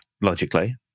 logically